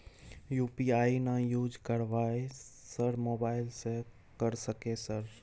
UPI ना use करवाएं sir mobile से कर सके सर?